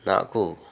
నాకు